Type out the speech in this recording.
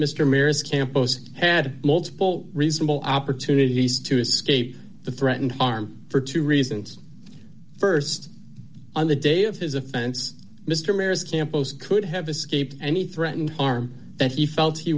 campos had multiple reasonable opportunities to escape the threatened harm for two reasons st on the day of his offense mister mare's campos could have escaped any threatened harm that he felt he